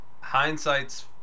hindsight's